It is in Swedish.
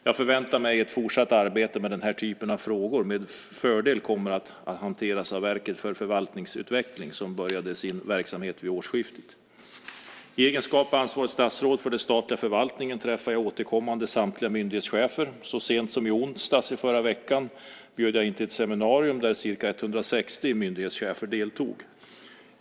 Jag förväntar mig att ett fortsatt arbete med den här typen av frågor med fördel kommer att hanteras av Verket för förvaltningsutveckling, som påbörjade sin verksamhet vid årsskiftet. I egenskap av ansvarigt statsråd för den statliga förvaltningen träffar jag återkommande samtliga myndighetschefer. Så sent som i onsdags i förra veckan bjöd jag in till ett seminarium där ca 160 myndighetschefer deltog.